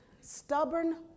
Stubborn